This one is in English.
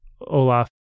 Olaf